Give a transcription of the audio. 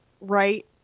right